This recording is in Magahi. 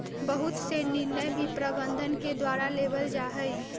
बहुत से निर्णय भी प्रबन्धन के द्वारा लेबल जा हई